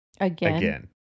Again